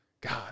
God